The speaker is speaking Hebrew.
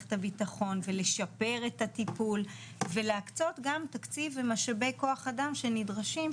מערכת הביטחון ולשפר את הטיפול ולהקצות גם תקציב ומשאבי כוח אדם שנדרשים,